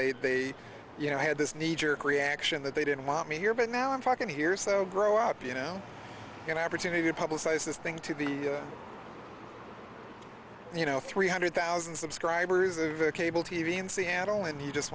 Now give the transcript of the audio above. they you know i had this knee jerk reaction that they didn't want me here but now i'm talking here so grow up you know an opportunity to publicize this thing to the you know three hundred thousand subscribers of cable t v in seattle and you just